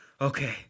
okay